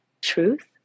truth